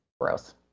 gross